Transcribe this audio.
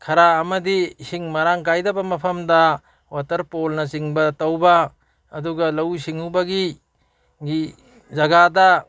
ꯈꯔ ꯑꯃꯗꯤ ꯏꯁꯤꯡ ꯃꯔꯥꯡ ꯀꯥꯏꯗꯕ ꯃꯐꯝꯗ ꯋꯥꯇꯔ ꯄꯣꯟꯅꯆꯤꯡꯕ ꯇꯧꯕ ꯑꯗꯨꯒ ꯂꯧꯎ ꯁꯤꯡꯎꯕꯒꯤ ꯖꯒꯥꯗ